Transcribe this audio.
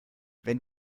wenn